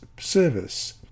service